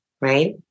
right